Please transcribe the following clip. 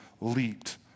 leaped